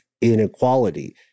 inequality